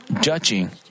judging